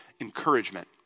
encouragement